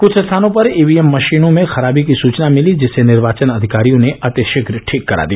कुछ स्थानों पर ईवीएम मषीनों में खराबी की सूचना मिली जिसे निर्वाचन अधिकारियों ने अतिषीघ्र ठीक करा दिया